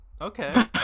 Okay